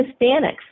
Hispanics